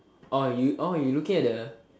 orh you orh you looking at the